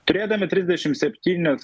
turėdami trisdešim septynis